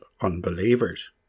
unbelievers